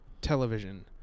television